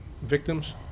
victims